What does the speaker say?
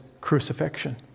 crucifixion